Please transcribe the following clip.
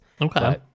Okay